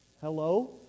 hello